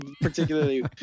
particularly